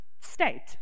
state